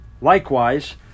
Likewise